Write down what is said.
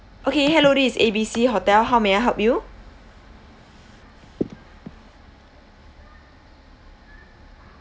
okay hello this is A B C hotel how may I help you